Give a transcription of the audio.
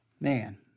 Man